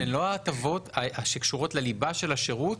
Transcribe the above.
שהן לא ההטבות שקשורות לליבה של השירות